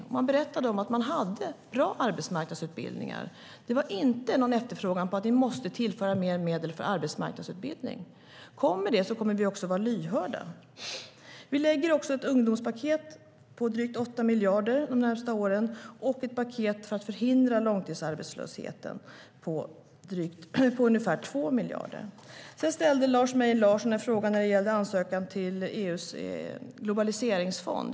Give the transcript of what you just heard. Där berättade man att man hade bra arbetsmarknadsutbildningar. Det var inte någon efterfrågan på att tillföra mer medel för arbetsmarknadsutbildning. Kommer det så kommer vi också att vara lyhörda. Vi lägger också fram ett ungdomspaket om drygt 8 miljarder de närmaste åren och ett paket för att förhindra långtidsarbetslösheten på ungefär 2 miljarder. Sedan ställde Lars Mejern Larsson en fråga om ansökan till EU:s globaliseringsfond.